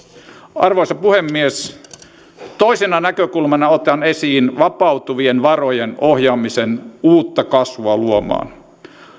arvoisa puhemies toisena näkökulmana otan esiin vapautuvien varojen ohjaamisen uutta kasvua luomaan